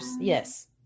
yes